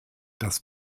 das